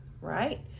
right